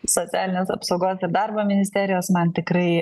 socialinės apsaugos ir darbo ministerijos man tikrai